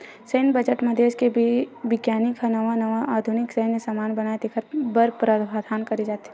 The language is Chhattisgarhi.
सैन्य बजट म देस के बिग्यानिक ह नवा नवा अउ आधुनिक सैन्य समान बनाए तेखर बर प्रावधान करे जाथे